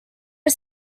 are